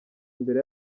imbere